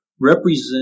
represent